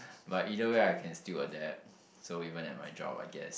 but either way I can still adapt so even at my job I guess